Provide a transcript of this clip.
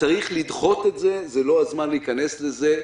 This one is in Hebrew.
צריך לדחות את זה, זה לא הזמן להיכנס לזה.